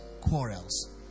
quarrels